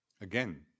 Again